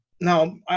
now